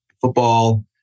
football